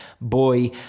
boy